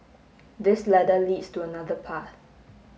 this ladder leads to another path